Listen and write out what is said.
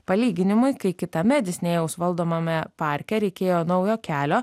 palyginimui kai kitame disnėjaus valdomame parke reikėjo naujo kelio